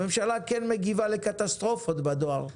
הממשלה כן מגיבה לקטסטרופות בדואר,